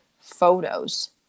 photos